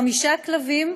חמישה כלבים,